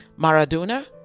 Maradona